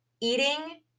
eating